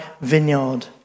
Vineyard